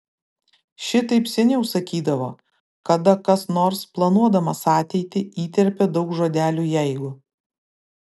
šitaip seniau sakydavo kada kas nors planuodamas ateitį įterpia daug žodelių jeigu